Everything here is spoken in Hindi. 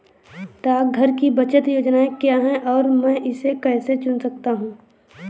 डाकघर की बचत योजनाएँ क्या हैं और मैं इसे कैसे चुन सकता हूँ?